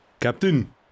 Captain